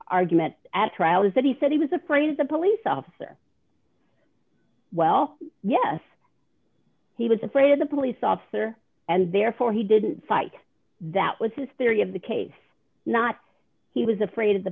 argument at trial is that he said he was afraid of the police officer well yes he was afraid of the police officer and therefore he didn't fight that was his theory of the case not he was afraid of the